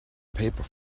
paper